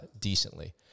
decently